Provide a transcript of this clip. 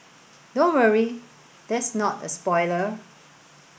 don't worry that's not a spoiler